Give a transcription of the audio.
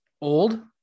old